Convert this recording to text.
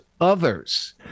others